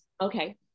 okay